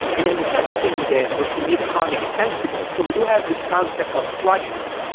and and second thing with that was to make kong extensible. so we do have this concept of plugins,